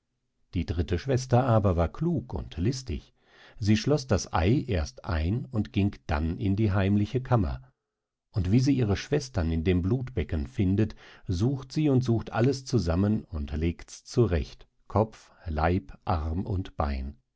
die dritte schwester aber war klug und listig sie schloß das ei erst ein und ging dann in die heimliche kammer und wie sie ihre schwestern in dem blutbecken findet sucht sie und sucht alles zusammen und legts zurecht kopf leib arm und bein